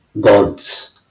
God's